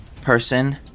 person